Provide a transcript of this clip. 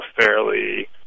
fairly